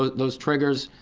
ah those triggers,